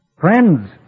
Friends